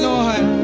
Lord